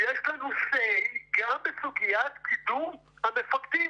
יש לנו SAY גם בסוגיית קידום המפקדים.